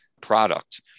product